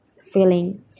feeling